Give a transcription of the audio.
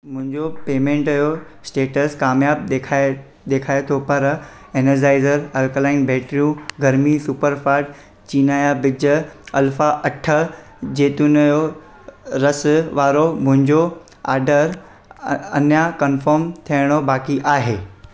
मुंजो पेमेंट जो स्टेटस कामियाबु ॾेखाए ॾेखारे थो पर एनेर्जाइज़र अल्कलाइन बैटरियूं गरमी सुपरफास्ट चिया ॿिजु ऐं अल्फा अठ जैतून जो रस वारो मुंहिंजो ऑर्डर अ अञा कन्फर्म थियणो बाक़ी आहे